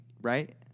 right